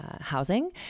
housing